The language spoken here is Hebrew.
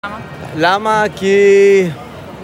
למה? למה כי...